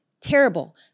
terrible